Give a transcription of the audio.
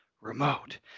remote